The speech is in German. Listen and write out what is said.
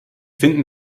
finden